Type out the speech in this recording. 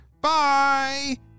Bye